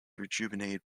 rejuvenated